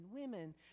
women